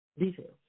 details